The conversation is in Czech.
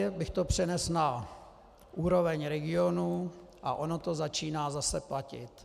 Já bych to přenesl na úroveň regionů, a ono to začíná zase platit.